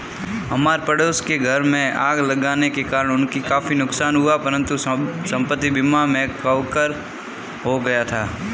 हमारे पड़ोस के घर में आग लगने के कारण उनको काफी नुकसान हुआ परंतु सब संपत्ति बीमा में कवर हो गया था